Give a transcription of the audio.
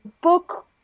book